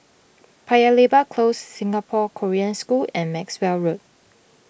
Paya Lebar Close Singapore Korean School and Maxwell Road